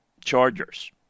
Chargers